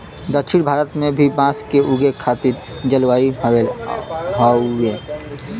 दक्षिण भारत में भी बांस के उगे खातिर जलवायु हउवे